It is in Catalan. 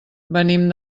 venim